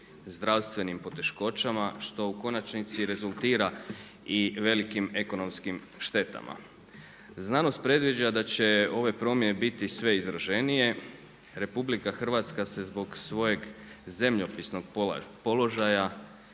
zdravstvenim poteškoćama što u konačnici rezultira i velikim ekonomskim štetama. Znanost predviđa da će ove promjene biti sve izraženije. RH se zbog svog zemljopisnog položaja,